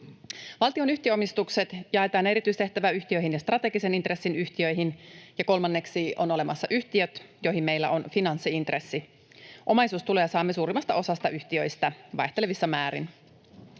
Valtion yhtiöomistukset jaetaan erityistehtäväyhtiöihin ja strategisen intressin yhtiöihin, ja kolmanneksi on olemassa yhtiöt, joihin meillä on finanssi-intressi. Omaisuustuloja saamme suurimmasta osasta yhtiöitä vaihtelevissa määrin.